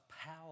power